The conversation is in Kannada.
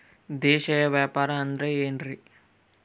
ದೇಶೇಯ ವ್ಯಾಪಾರ ಅಂದ್ರೆ ಏನ್ರಿ?